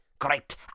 Great